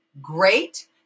great